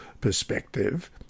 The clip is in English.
perspective